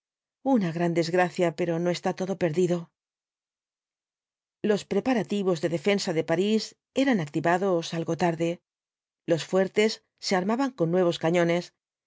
una gran desgracia pero no está todo perdido los preparativos de defensa de parís eran activados algo tarde los fuertes se armaban con nuevos cañones